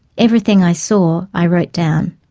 everything i saw, i wrote down.